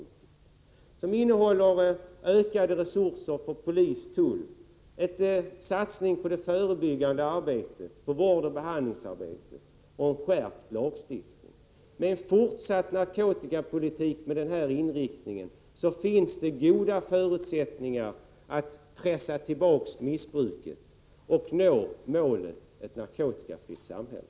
Programmet innehåller ökade resurser för polis och tull — en satsning på det förebyggande arbetet, på vårdoch behandlingsarbetet och en skärpt lagstiftning. Med en fortsatt narkotikapolitik som har den här inriktningen finns det goda förutsättningar för att pressa tillbaka missbruket och nå målet: ett narkotikafritt samhälle.